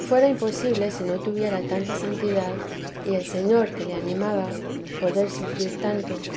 fuera imposible si no tuviera tanta santidad y el señor que le animaba poder sufrir tanto